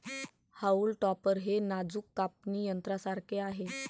haulm topper हे नाजूक कापणी यंत्रासारखे आहे